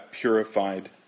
purified